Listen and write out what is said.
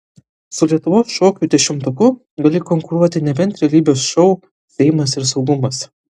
su lietuvos šokių dešimtuku gali konkuruoti nebent realybės šou seimas ir saugumas